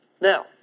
Now